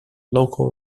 local